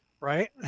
Right